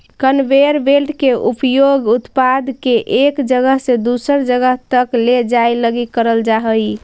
conveyor belt के उपयोग उत्पाद के एक जगह से दूसर जगह तक ले जाए लगी करल जा हई